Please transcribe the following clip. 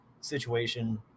situation